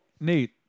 nate